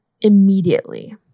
immediately